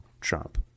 trump